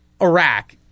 Iraq